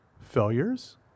failures